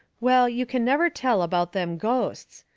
well, you can never tell about them ghosts.